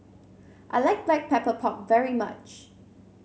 I like Black Pepper Pork very much